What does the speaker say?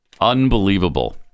unbelievable